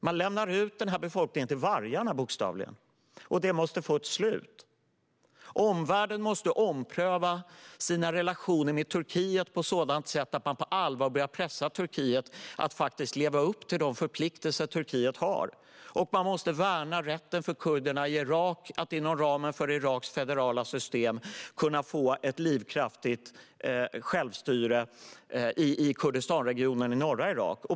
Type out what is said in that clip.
Man lämnar ut denna befolkning till vargarna, bokstavligen. Det måste få ett slut. Omvärlden måste ompröva sina relationer med Turkiet på ett sådant sätt att man på allvar börjar pressa Turkiet att faktiskt leva upp till de förpliktelser landet har. Man måste värna rätten för kurderna i Irak att inom ramen för Iraks federala system få ett livskraftigt självstyre i Kurdistanregionen i norra Irak.